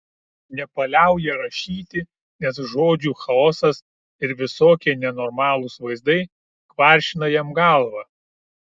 nepaliauja rašyti nes žodžių chaosas ir visokie nenormalūs vaizdai kvaršina jam galvą